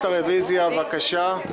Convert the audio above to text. מגישת הרוויזיה, בבקשה,